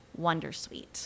Wondersuite